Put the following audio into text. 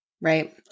right